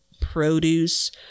produce